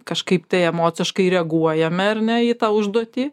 kažkaip tai emociškai reaguojame ar ne į tą užduotį